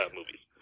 movies